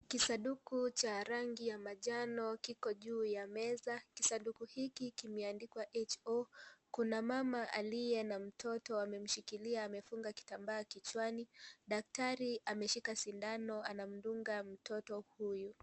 Kisanduku cha rangi ya manjano kiko juu ya meza , kisanduku hiki kimeandiwa HO. Kuna mama aliye na mtoto amemshikilia amefunga kitambaa kichwani. Daktari ameshika sindano anamdunga mtoto huyu.